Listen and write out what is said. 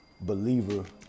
believer